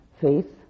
faith